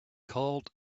called